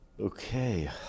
Okay